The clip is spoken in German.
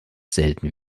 selten